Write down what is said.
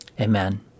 amen